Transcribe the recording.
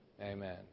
amen